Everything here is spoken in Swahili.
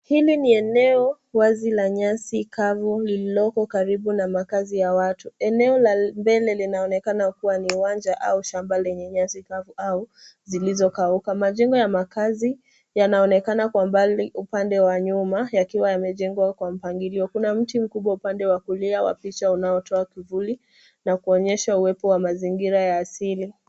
Hili ni eneo wazi la nyasi kavu lililoko karibu na makazi ya watu. Eneo la mbele linaonekana kuwa ni uwanja au ni shamba lenye nyasi kavu au zilizokauka. Majengo ya makazi yanaonekana kwa mbali upande wa nyuma, yakiwa yamejengwa kwa mpangilio. Kuna mti mkubwa upande wa kulia wa picha unaotoa kivuli na kuonyesha uwepo wa mazingira ya asili.